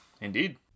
Indeed